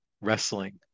wrestling